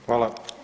Hvala.